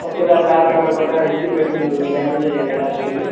కొత్తగా ల్యాబ్లల్లో కూడా ఎక్విప్మెంట్లు డ్యామేజ్ అయ్యాయి కదా లాస్ట్ ఇయర్